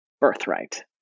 birthright